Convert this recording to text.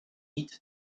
niet